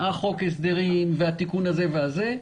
חוק ההסדרים והתיקון הזה והזה,